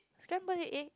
scramble the egg